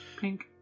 pink